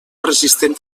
resistent